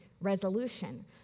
resolution